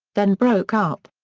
then broke up.